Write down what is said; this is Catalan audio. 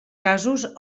casos